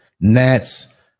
gnats